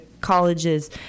colleges